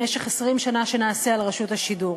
במשך 20 שנה שנעשה על רשות השידור,